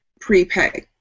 prepay